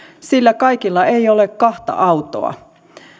sillä kaikilla ei ole kahta autoa